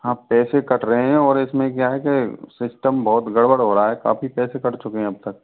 हाँ पैसे कट रहे हैं और इसमें क्या है के सिस्टम बहुत गड़बड़ हो रहा है काफ़ी पैसे काट चुके हैं अब तक